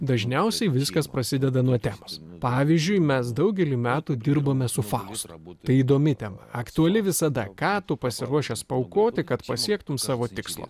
dažniausiai viskas prasideda nuo temos pavyzdžiui mes daugelį metų dirbome su faustu tai įdomi tema aktuali visada ką tu pasiruošęs paaukoti kad pasiektum savo tikslą